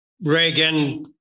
Reagan